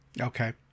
Okay